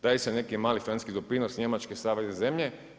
Daje se neki mali francuski doprinos njemačke savezne zemlje.